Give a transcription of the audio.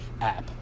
app